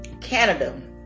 canada